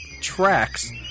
tracks